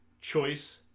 Choice